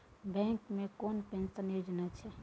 Bank मे कोनो pension योजना छै?